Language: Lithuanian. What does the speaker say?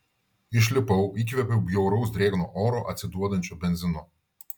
išlipau įkvėpiau bjauraus drėgno oro atsiduodančio benzinu